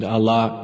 Allah